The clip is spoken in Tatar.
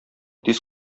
тиз